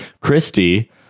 Christy